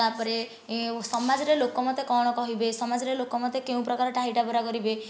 ତାପରେ ସମାଜରେ ଲୋକ ମୋତେ କଣ କହିବେ ସମାଜରେ ଲୋକ ମୋତେ କେଉଁ ପ୍ରକାର ଟାହିଟାପରା କରିବେ